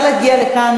נא להגיע לכאן,